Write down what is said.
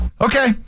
Okay